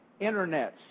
internets